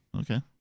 okay